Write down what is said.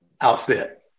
outfit